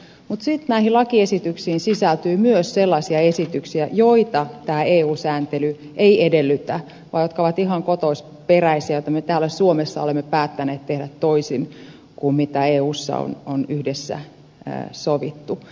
mutta sitten näihin lakiesityksiin sisältyy myös sellaisia esityksiä joita tämä eu sääntely ei edellytä vaan jotka ovat ihan kotoperäisiä jotka me täällä suomessa olemme päättäneet tehdä toisin kuin eussa on yhdessä sovittu